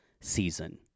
season